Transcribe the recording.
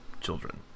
children